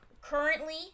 currently